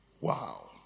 Wow